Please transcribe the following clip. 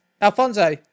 Alfonso